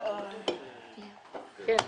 המדינה בדבר חשבונות סיעות האם והרשימות המשותפות